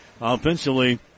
offensively